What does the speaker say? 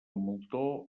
moltó